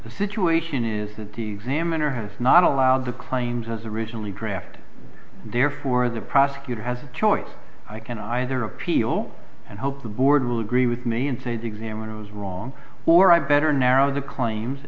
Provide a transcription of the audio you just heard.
the situation is that the examiner has not allowed the claims as originally drafted therefore the prosecutor has a choice i can either appeal and hope the board will agree with me and say the examiner was wrong or i better narrow the claims